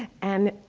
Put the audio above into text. and